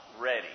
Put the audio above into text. ready